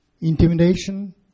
Intimidation